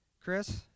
Chris